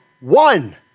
one